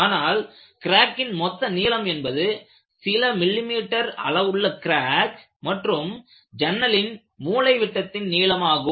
ஆனால் கிராக்கின் மொத்த நீளம் என்பது சில மில்லி மீட்டர் அளவுடைய கிராக் மற்றும் ஜன்னலின் மூலைவிட்டத்தின் நீளமாகும்